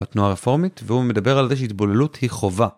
בתנועה רפורמית והוא מדבר על זה שהתבוללות היא חובה.